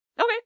Okay